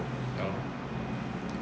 ya lor